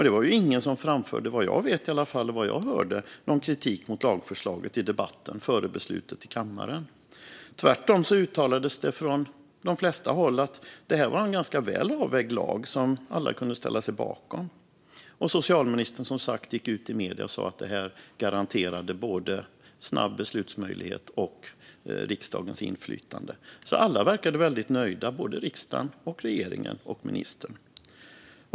Det var ingen - i alla fall vad jag vet och vad jag hörde - som framförde någon kritik mot lagförslaget i debatten före beslutet i kammaren. Tvärtom uttalades det från de flesta håll att det här var en ganska väl avvägd lag som alla kunde ställa sig bakom, och socialministern gick som sagt ut i medierna och sa att detta garanterade både snabb beslutsmöjlighet och riksdagens inflytande. Alla verkade väldigt nöjda, både riksdagen och regeringen och ministern.